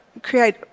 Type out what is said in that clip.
create